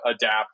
adapt